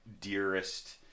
dearest